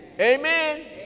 amen